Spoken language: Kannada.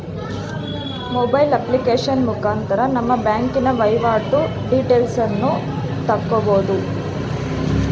ಮೊಬೈಲ್ ಅಪ್ಲಿಕೇಶನ್ ಮುಖಾಂತರ ನಮ್ಮ ಬ್ಯಾಂಕಿನ ವೈವಾಟು ಡೀಟೇಲ್ಸನ್ನು ತಕ್ಕಬೋದು